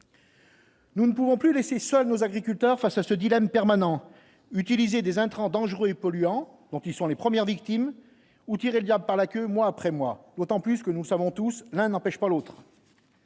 Nous ne pouvons plus laisser seuls nos agriculteurs face à ce dilemme permanent, utiliser des intrants dangereux et polluants dont ils sont les premières victimes ou tirer le diable par la queue, mois après mois, d'autant plus que nous savons tous, l'un n'empêche pas l'autre.